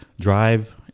drive